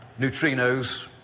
neutrinos